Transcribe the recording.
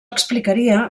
explicaria